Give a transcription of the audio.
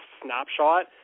snapshot